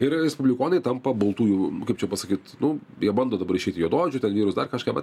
ir respublikonai tampa baltųjų kaip čia pasakyt nu jie bando dabar išeit į juodaodžių ten vyrus dar kažką bet